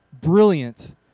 brilliant